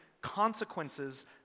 consequences